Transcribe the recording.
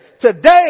today